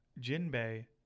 Jinbei